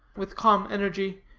with calm energy,